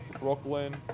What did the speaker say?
Brooklyn